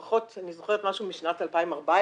לפחות שאני זוכרת משהו משנת 2014-2015,